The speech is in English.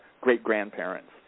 great-grandparents